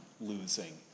losing